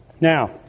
Now